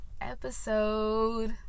episode